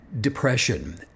depression